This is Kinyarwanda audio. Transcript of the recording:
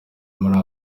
muri